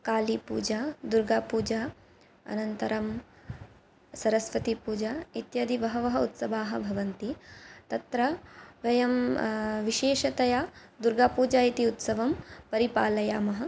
कालीपूजा दूर्गापूजा अनन्तरं सरस्वतीपूजा इत्यादि बहवः उत्सवाः भवन्ति तत्र वयं विशेषतया दुर्गापूजा इति उत्सवं परिपालयामः